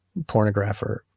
pornographer